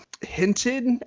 hinted